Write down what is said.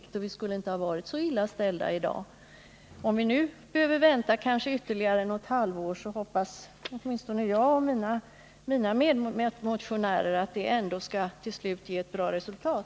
Om man gjort det skulle vi inte ha varit så illa ställda i dag. Om vi måste vänta kanske ytterligare något halvår hoppas åtminstone jag och mina medmotionärer att vi ändå till slut skall få ett bra resultat.